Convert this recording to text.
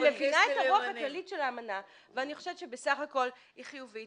אני מבינה את הרוח הכללית של האמנה ואני חושבת שבסך הכל היא חיובית